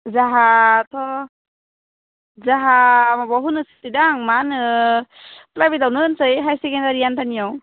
जोंहाथ' जोंहा माबाखौनो होनोसैदां मा होनो प्राइभेटावनो होनोसै हाईयार सेकेन्दारि एनट'नियाव